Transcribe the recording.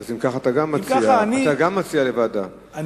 אז אתה גם מציע להעביר לוועדה,